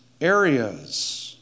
areas